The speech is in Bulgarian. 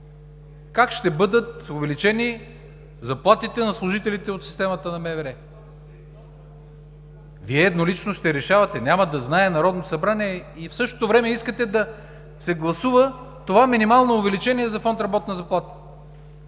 Как ще бъдат увеличени заплатите на служителите от системата на МВР? Вие еднолично ще решавате, няма да знае Народното събрание и в същото време искате да се гласува това минимално увеличение за Фонд